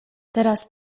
teraz